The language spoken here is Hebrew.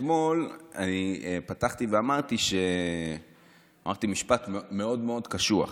אתמול פתחתי ואמרתי משפט מאוד מאוד קשוח.